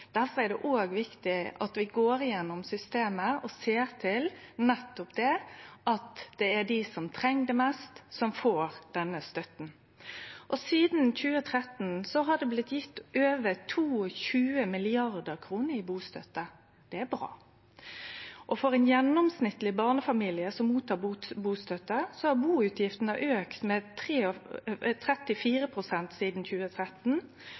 er det òg viktig at vi går igjennom systemet og ser til at det er nettopp dei som treng det mest, som får denne støtta. Sidan 2013 har det blitt gjeve over 22 mrd. kr i bustøtte. Det er bra. For ein gjennomsnittleg barnefamilie som får bustøtte, har buutgiftene auka med 34 pst. sidan 2013.